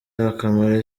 akamara